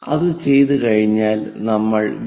അത് ചെയ്തുകഴിഞ്ഞാൽ നമ്മൾ വി